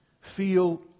feel